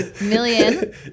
Million